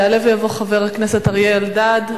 יעלה ויבוא חבר הכנסת אריה אלדד.